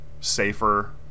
safer